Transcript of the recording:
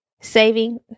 Saving